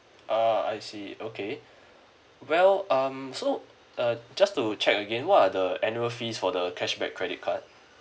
ah I see okay well um so uh just to check again what are the annual fees for the cashback credit card